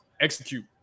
execute